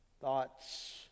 thoughts